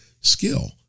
skill